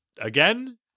again